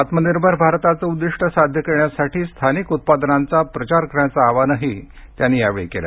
आत्मनिर्भर भारताचं उद्दीष्ट साध्य करण्यासाठी स्थानिक उत्पादनांचा प्रचार करण्याचं आवाहनही त्यांनी यावेळी केलं